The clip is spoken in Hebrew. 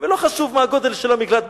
ולא חשוב מה הגודל של המקלט.